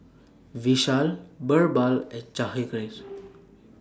Vishal Birbal and Jahangir